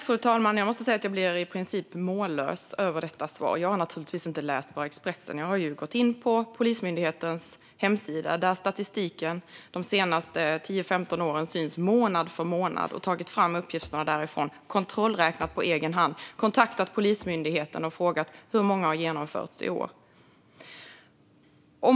Fru talman! Jag blir i princip mållös över detta svar. Jag har naturligtvis inte bara läst Expressen. Jag har gått in på Polismyndighetens hemsida där statistiken för de senaste 10-15 åren syns månad för månad. Jag har tagit fram uppgifterna därifrån och kontrollräknat på egen hand, och jag har kontaktat Polismyndigheten och frågat hur många som har genomförts i år.